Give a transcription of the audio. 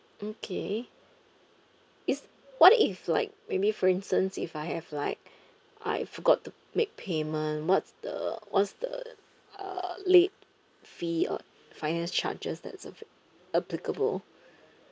okay is what if like maybe for instance if I have like I forgot to make payment what's the what's the uh late fee or finance charges that's ap~ applicable